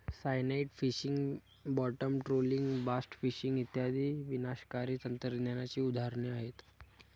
cyanide fishing, bottom trawling, blast fishing इत्यादी विनाशकारी तंत्रज्ञानाची उदाहरणे आहेत